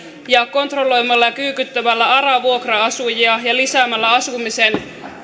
ja kontrolloimalla ja kyykyttämällä ara vuokra asujia ja lisäämällä asumiseen